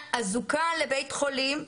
הגיעה אזוקה לבית חולים.